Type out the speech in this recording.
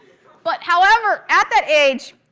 but however, at that age,